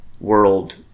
world